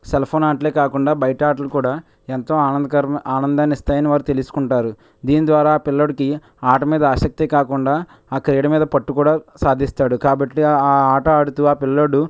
cell phone ఆటలే కాకుండా బయట ఆటలు కూడా ఎంతో ఆనందకర ఆనందాన్నిస్తాయని వారు తెలుసుకుంటారు దీని ద్వారా ఆ పిల్లోడికి ఆట మీద ఆసక్తే కాకుండా ఆ క్రీడా మీద పట్టుకూడా సాధిస్తాడు కాబట్టి ఆ ఆట ఆడుతూ ఆ పిల్లోడు